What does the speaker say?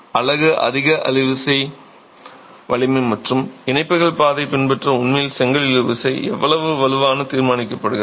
அலகு அதிக இழுவிசை வலிமை மற்றும் இணைப்புகள் பாதை பின்பற்ற உண்மையில் செங்கல் இழுவிசை எவ்வளவு வலுவாக தீர்மானிக்கப்படுகிறது